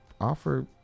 offer